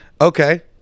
Okay